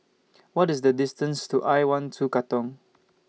What IS The distance to I one two Katong